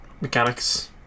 Mechanics